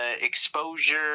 exposure